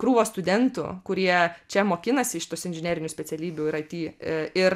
krūvos studentų kurie čia mokinasi iš tos inžinerinių specialybių ir it ir